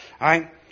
right